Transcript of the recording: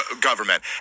government